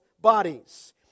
bodies